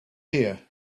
here